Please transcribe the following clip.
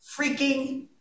freaking